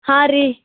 ಹಾಂ ರೀ